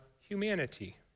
humanity